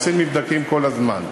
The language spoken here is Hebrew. והנושאים נבדקים כל הזמן.